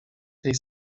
tej